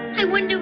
they went.